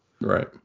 Right